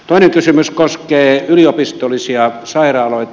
toinen kysymys koskee yliopistollisia sairaaloita